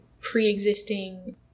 pre-existing